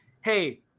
hey